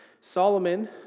Solomon